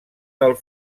del